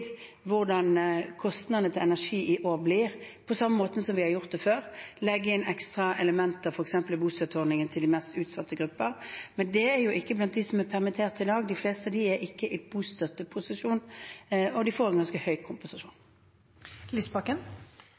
hvordan kostnadene til energi i år blir, på samme måten som vi har gjort det før ved å legge inn ekstra elementer i f.eks. bostøtteordningen til de mest utsatte gruppene. Men de er jo ikke blant dem som er permittert i dag. De fleste av dem er ikke i bostøtteposisjon, og de får en ganske høy